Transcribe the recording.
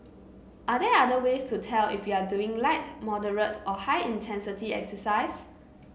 are there other ways to tell if you are doing light moderate or high intensity exercise